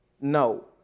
No